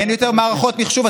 אין יותר מערכות מחשוב?